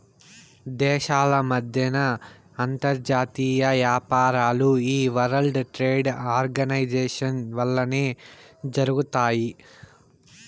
దేశాల మద్దెన అంతర్జాతీయ యాపారాలు ఈ వరల్డ్ ట్రేడ్ ఆర్గనైజేషన్ వల్లనే జరగతాయి